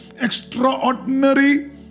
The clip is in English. extraordinary